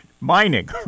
mining